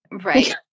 right